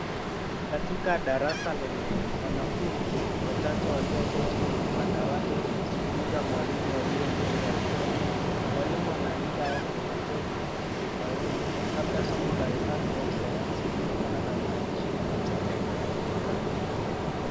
Ni katika darasa lenye wanafunzi wachache walioketi kwenye madawati wakimsikiliza mwalimu aliye mbele ya ubauni. Mwalimu anaandika au kuelezea kitu ubaoni, labda somo la hesabu au sayansi kutokana na maandishi na michoro inayoonekana.